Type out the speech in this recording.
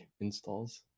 installs